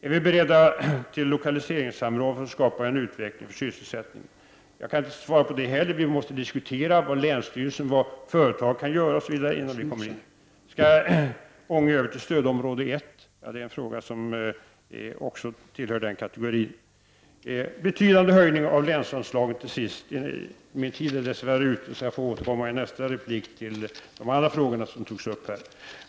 Är vi beredda att föra lokaliseringssamråd för att skapa en utveckling för sysselsättningen? Jag kan inte svara på den frågan heller. Vi måste först diskutera vad länsstyrelsen och företaget kan göra osv. Skall Ånge föras över till stödområde 1? Också det är en fråga som hör till den kategorin. Min repliktid är dess värre strax slut, så jag får återkomma i nästa replik till de andra frågor som ställdes.